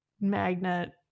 magnet